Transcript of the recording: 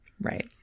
Right